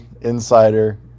insider